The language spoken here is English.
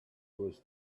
was